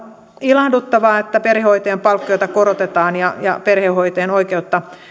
ilahduttavaa että perhehoitajan palkkiota korotetaan ja ja perhehoitajan oikeutta